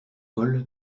col